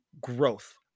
Growth